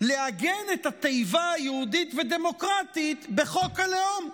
לעגן את התיבות "יהודית ודמוקרטית" בחוק הלאום.